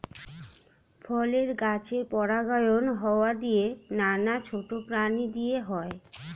ফলের গাছের পরাগায়ন হাওয়া দিয়ে, নানা ছোট প্রাণী দিয়ে হয়